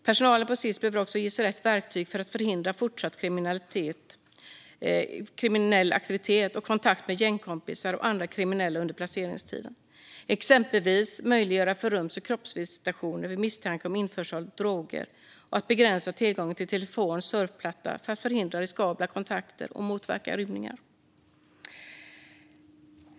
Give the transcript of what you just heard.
Personalen inom Sis behöver också ges rätt verktyg för att förhindra fortsatt kriminell aktivitet och kontakt med gängkompisar och andra kriminella under placeringstiden. Exempelvis behöver vi möjliggöra rums och kroppsvisitationer vid misstanke om införsel av droger och begränsa tillgången till telefon och surfplatta för att förhindra riskabla kontakter och motverka rymningar.